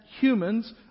humans